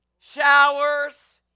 showers